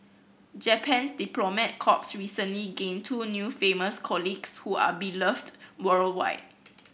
Japan's diplomat corps recently gained two new famous colleagues who are beloved worldwide